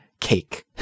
cake